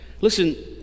Listen